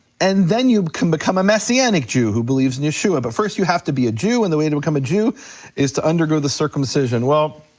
and then you can become a messianic jew who believes in yeshua. but first you have to be a jew, and the way to become a jew is to undergo the circumcision, well,